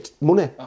money